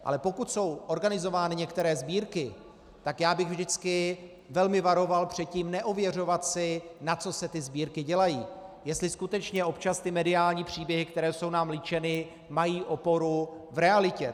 Ale pokud jsou organizovány některé sbírky, tak já bych vždycky velmi varoval před tím neověřovat si, na co se ty sbírky dělají, jestli skutečně občas ty mediální příběhy, které jsou nám líčeny, mají oporu v realitě.